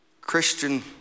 Christian